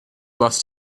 lost